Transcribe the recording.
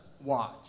watch